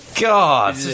God